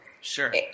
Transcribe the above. Sure